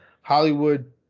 Hollywood